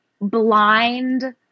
blind